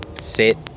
Sit